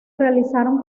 realizaron